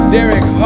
Derek